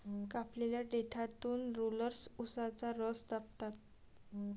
कापलेल्या देठातून रोलर्स उसाचा रस दाबतात